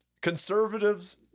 conservatives